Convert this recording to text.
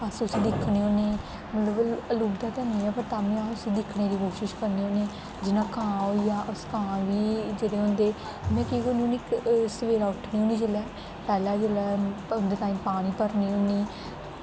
अस उसी दिक्खने होन्ने मतलब लभदा ते निं है पर अस तां बी उसी दिक्खने दी कोशिश करने होन्ने जियां कां होई गेआ अस कां बी जेह्ड़े होंदे में केह् करनी होन्नी सवेरे उट्ठनी होन्नी जेल्लै पैह्लें ते उंदे ताईं पानी तरनी होन्नी